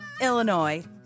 Illinois